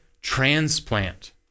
transplant